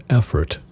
effort